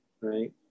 right